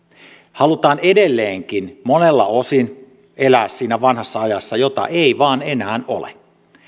halutaan edelleenkin monella osin elää siinä vanhassa ajassa jota ei vain enää ole